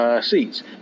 seats